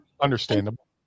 Understandable